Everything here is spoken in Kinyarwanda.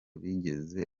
bigeze